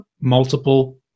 multiple